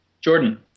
Jordan